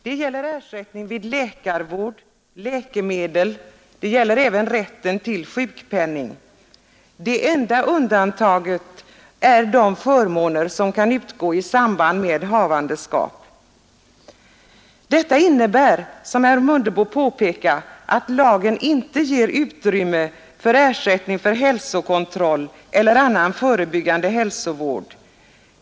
Det gäller ersättning vid läkarvård och för läkemedel och även rätten till sjukpenning. Det enda undantaget är de förmåner som kan utgå i samband med havandeskap. Detta innebär som herr Mundebo påpekade att lagen inte ger utrymme för ersättning för hälsokontroll eller annan förebyggande hälsovård.